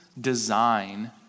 design